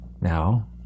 Now